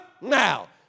now